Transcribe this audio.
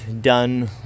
done